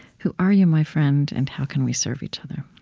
who are you, my friend, and how can we serve each other?